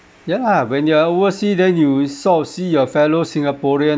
ya lah when you are overseas then you sort of see your fellow singaporean